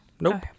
Nope